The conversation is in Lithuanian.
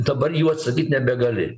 dabar jau atsakyt nebegali